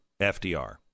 FDR